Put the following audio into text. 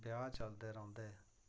ब्याह् चलदे रौंह्दे हे